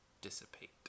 dissipate